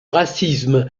racisme